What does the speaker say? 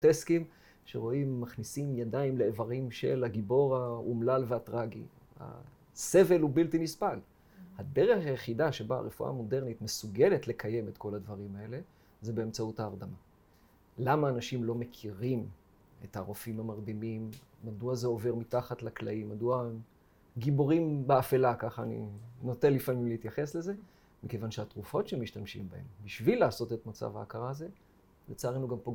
‫שרואים מכניסים ידיים ‫לאיברים של הגיבור האומלל והטראגי. ‫הסבל הוא בלתי נסבל. ‫הדרך היחידה שבה הרפואה המודרנית ‫מסוגלת לקיים את כל הדברים האלה ‫זה באמצעות ההרדמה. ‫למה אנשים לא מכירים ‫את הרופאים המרדימים? ‫מדוע זה עובר מתחת לקלעים? ‫מדוע הם גיבורים באפלה, ‫ככה אני נוטה לפעמים להתייחס לזה? ‫מכיוון שהתרופות שהם משתמשים בהן, ‫בשביל לעשות את מצב ההכרה הזה, ‫לצערנו גם